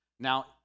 Now